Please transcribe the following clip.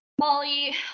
Molly